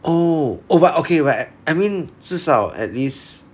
oh oh but okay we~ I mean 至少 at least